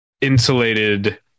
insulated